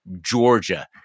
Georgia